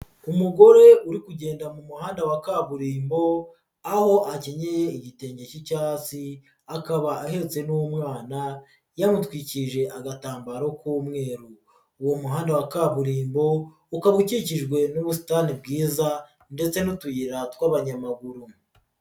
Umugore uri kugenda mu muhanda wa kaburimbo aho akenyeye igitenge cy'icyatsi akaba ahetse n'umwana yamutwikije agatambaro k'umweru, uwo muhanda wa kaburimbo ukaba ukikijwe n'ubusitani bwiza ndetse n'utuyira tw'abanyamaguru.